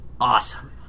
awesome